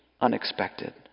unexpected